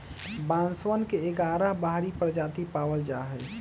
बांसवन के ग्यारह बाहरी प्रजाति पावल जाहई